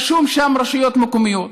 רשום שם: רשויות מקומיות,